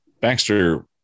Baxter